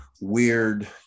weird